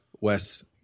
Wes